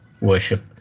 worship